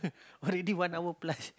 already one hour plus